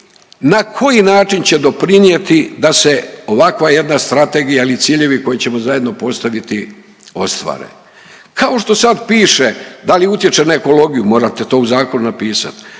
na koji način će doprinijeti da se ovakva jedna strategija ili ciljevi koje ćemo zajedno postaviti ostvare. Kao što sad pište da li utječe na ekologiju, morate to u zakonu napisat.